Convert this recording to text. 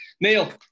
Neil